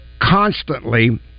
constantly